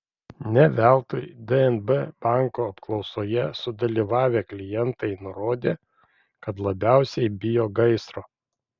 ne veltui dnb banko apklausoje sudalyvavę klientai nurodė kad labiausiai bijo gaisro